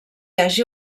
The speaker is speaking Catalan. hagi